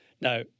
Now